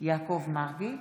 יעקב מרגי,